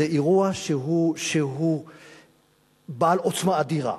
זה אירוע שהוא בעל עוצמה אדירה.